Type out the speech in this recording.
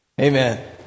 Amen